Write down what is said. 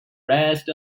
rest